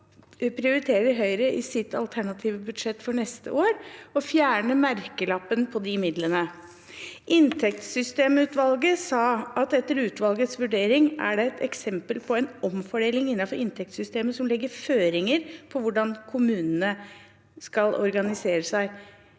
prioriterer Høyre i sitt alternative budsjett for neste år å fjerne merkelappen på de midlene. Inntektssystemutvalget sa at etter utvalgets vurdering er det et eksempel på en omfordeling innenfor inntektssystemet som legger føringer for hvordan kommunene skal organisere seg.